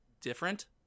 different